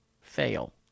fail